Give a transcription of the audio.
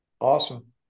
Awesome